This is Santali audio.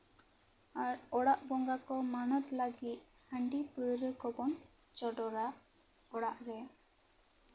ᱟᱨ ᱚᱲᱟᱜ ᱵᱚᱸᱜᱟ ᱠᱚ ᱢᱟᱱᱚᱛ ᱞᱟᱹᱜᱤᱫ ᱦᱟᱺᱰᱤ ᱯᱟᱹᱣᱨᱟᱹ ᱠᱚᱵᱚᱱ ᱪᱚᱰᱚᱨᱟ ᱚᱲᱟᱜ ᱨᱮ